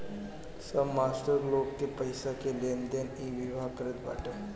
सब मास्टर लोग के पईसा के लेनदेन इ विभाग करत बाटे